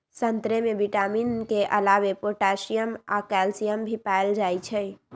संतरे में विटामिन के अलावे पोटासियम आ कैल्सियम भी पाएल जाई छई